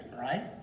right